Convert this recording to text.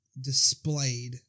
displayed